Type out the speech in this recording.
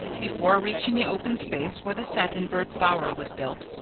before reaching the open space where the satin birds' bower was built,